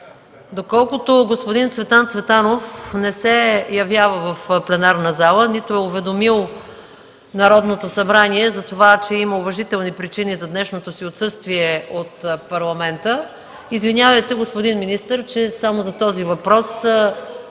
Доколкото господин Цветан Цветанов не се явява в пленарната зала, нито е уведомил Народното събрание, затова че има уважителни причини за днешното си отсъствие от Парламента, извинявайте, господин министър, че само за този въпрос